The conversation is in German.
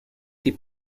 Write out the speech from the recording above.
die